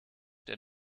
der